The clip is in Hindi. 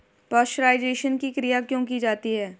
पाश्चुराइजेशन की क्रिया क्यों की जाती है?